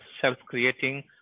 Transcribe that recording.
self-creating